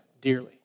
dearly